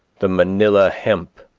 the manilla hemp